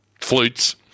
Flutes